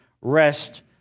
rest